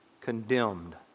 condemned